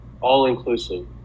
All-inclusive